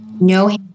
No